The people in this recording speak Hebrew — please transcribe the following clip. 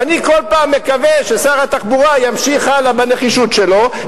ואני כל פעם מקווה ששר התחבורה ימשיך הלאה בנחישות שלו,